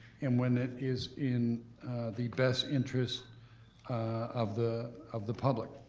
and when it is in the best interest of the of the public.